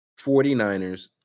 49ers